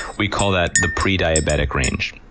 we call that the prediabetic range.